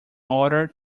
order